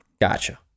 Gotcha